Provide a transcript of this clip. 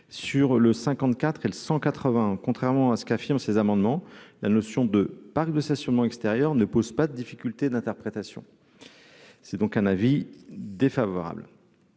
le 180 contrairement à ce qu'affirment ces amendements, la notion de parcs de stationnement extérieur ne pose pas de difficultés d'interprétation, c'est donc un avis défavorable